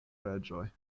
reĝoj